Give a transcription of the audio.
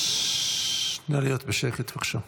נא להיות בשקט, בבקשה.